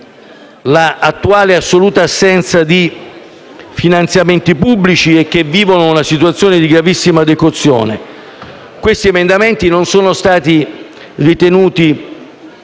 l'attuale assoluta assenza di finanziamenti pubblici e che vivono una situazione di gravissima decozione. Questi emendamenti non sono stati ritenuti